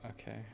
okay